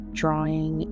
drawing